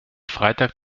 freitag